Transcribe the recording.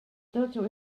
doctor